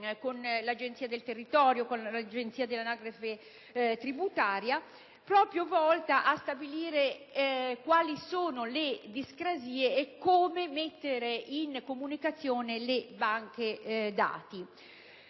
dell'Agenzia del territorio, dell'Agenzia delle entrate, volta a stabilire quali sono le discrasie e come mettere in comunicazione le banche dati.